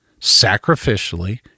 sacrificially